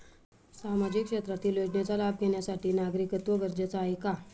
सामाजिक क्षेत्रातील योजनेचा लाभ घेण्यासाठी नागरिकत्व गरजेचे आहे का?